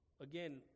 Again